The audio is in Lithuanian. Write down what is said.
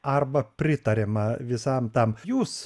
arba pritariama visam tam jūs